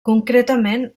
concretament